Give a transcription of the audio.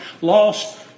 lost